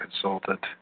consultant